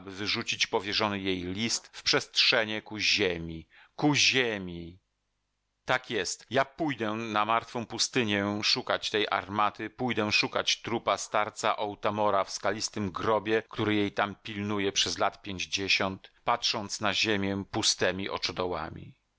wyrzucić powierzony jej list w przestrzenie ku ziemi ku ziemi tak jest ja pójdę na martwą pustynię szukać tej armaty pójdę szukać trupa starca otamora w skalistym grobie który jej tam pilnuje przez lat pięćdziesiąt patrząc na ziemię pustemi